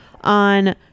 on